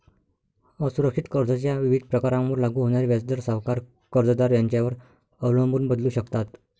असुरक्षित कर्जाच्या विविध प्रकारांवर लागू होणारे व्याजदर सावकार, कर्जदार यांच्यावर अवलंबून बदलू शकतात